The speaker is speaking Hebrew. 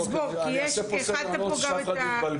אני אעשה פה סדר, אני לא רוצה שאף אחד יתבלבל.